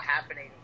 happening